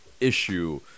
issue